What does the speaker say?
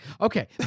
Okay